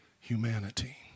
humanity